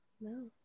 No